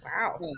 wow